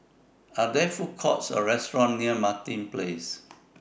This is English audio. Are There Food Courts Or restaurants near Martin Place